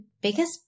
biggest